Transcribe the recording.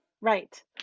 Right